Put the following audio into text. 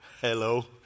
Hello